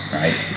right